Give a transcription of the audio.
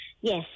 Yes